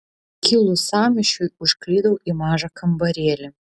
kilus sąmyšiui užklydau į mažą kambarėlį